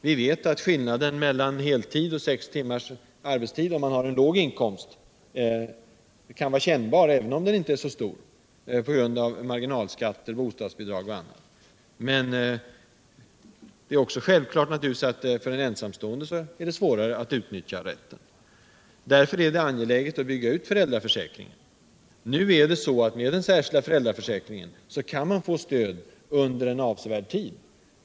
Vi vet att skillnaden mellan heltidsarbete och 6 timmars arbetsdag för låginkomstagare kan vara kännbarare in för andra, även om inkomstskillnaden inte blir så stor på grund av marginalskatt, bostadsbidrag och annat. Men det är självklart svårare för en ensamstående att utnyttja den här rätten. Därför är det angeläget att bygga ut föräldraförsäkringen. Genom den särskilda föräldrapenningen kan man få stöd under en avsevärd tid.